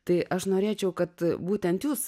tai aš norėčiau kad būtent jūs